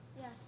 Yes